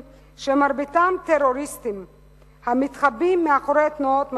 שמרביתם טרוריסטים המתחבאים מאחורי תנועות מחאה.